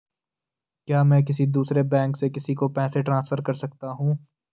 क्या मैं किसी दूसरे बैंक से किसी को पैसे ट्रांसफर कर सकता हूँ?